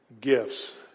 Gifts